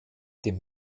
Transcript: dem